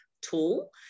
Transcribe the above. tool